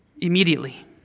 immediately